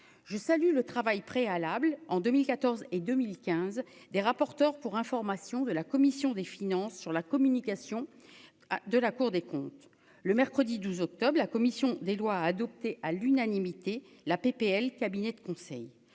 je salue le travail préalable en 2014 et 2015 des rapporteurs pour information de la commission des finances sur la communication de la Cour des comptes, le mercredi 12 octobre la commission des lois, adoptées à l'unanimité la PPL, cabinet de conseil